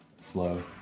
slow